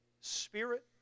spirit